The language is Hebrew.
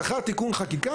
לאחר תיקון חקיקה,